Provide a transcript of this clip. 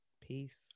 Peace